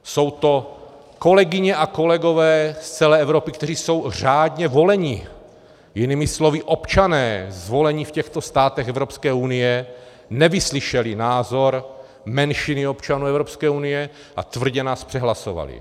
Jsou to kolegyně a kolegové z celé Evropy, kteří jsou řádně voleni, jinými slovy občané zvolení v těchto státech Evropské unie nevyslyšeli názor menšiny občanů Evropské unie a tvrdě nás přehlasovali.